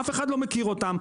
אף אחד לא מכיר אותם,